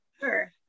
Sure